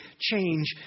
change